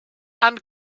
and